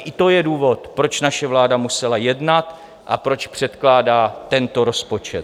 I to je důvod, proč naše vláda musela jednat a proč předkládá tento rozpočet.